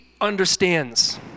understands